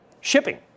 shipping